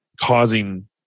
causing